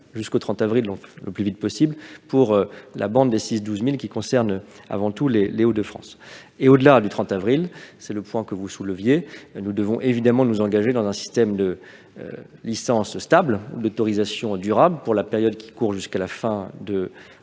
obtenir, et ce le plus vite possible, pour la bande des six à douze milles, qui concerne avant tout les Hauts-de-France. Au-delà du 30 avril, c'est le point que vous souleviez, nous devrons évidemment nous engager dans un système de licences stables et d'autorisations durables, pour la période qui court jusqu'à la fin du